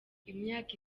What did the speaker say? imyaka